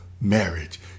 marriage